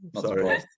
Sorry